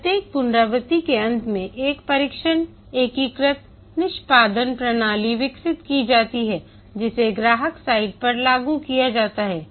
प्रत्येक पुनरावृत्ति के अंत में एक परीक्षण एकीकृत निष्पादन प्रणाली विकसित की जाती है जिसे ग्राहक साइट पर लागू किया जाता है